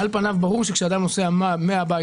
על פניו ברור שכאשר אדם נוסע מן הבית